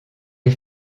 les